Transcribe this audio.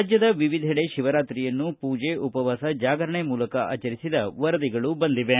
ರಾಜ್ಯದ ವಿವಿಧೆಡೆ ಶಿವರಾತ್ರಿಯನ್ನು ಪೂಜೆ ಉಪವಾಸ ಜಾಗರಣೆ ಮೂಲಕ ಆಚರಿಸಿದ ವರದಿಗಳು ಬಂದಿವೆ